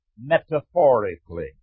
metaphorically